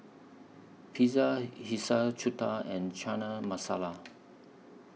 Pizza Hiyashi Chuka and Chana Masala